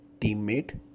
teammate